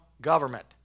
Government